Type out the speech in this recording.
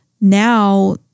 Now